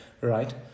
right